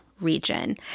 region